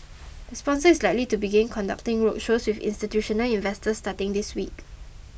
the sponsor is likely to begin conducting roadshows with institutional investors starting this week